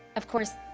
of course,